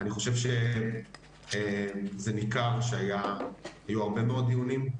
אני חושב שזה ניכר שהיו הרבה מאוד דיונים,